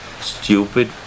stupid